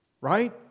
Right